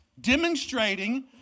demonstrating